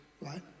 right